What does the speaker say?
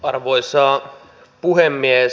arvoisa puhemies